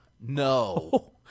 No